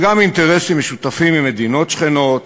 וגם על אינטרסים משותפים עם מדינות שכנות,